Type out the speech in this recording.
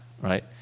right